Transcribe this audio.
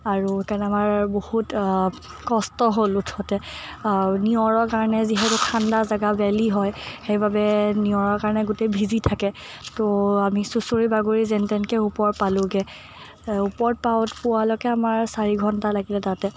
আৰু কাৰণ আমাৰ বহুত কষ্ট হ'ল উঠোঁতে নিয়ৰৰ কাৰণে যিহেতু ঠাণ্ডা জেগা ভেলী হয় সেইবাবে নিয়ৰৰ কাৰণে গোটেই ভিজি থাকে ত' আমি চুচঁৰি বাগৰি যেন তেনকে ওপৰ পালোগে এহ ওপৰত পাওঁ পোৱালৈকে আমাৰ চাৰি ঘণ্টা লাগিলে তাতে